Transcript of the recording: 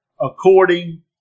according